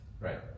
Right